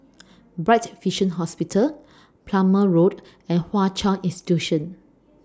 Bright Vision Hospital Plumer Road and Hwa Chong Institution